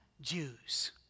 Jews